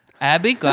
Abby